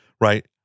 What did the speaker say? right